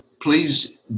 Please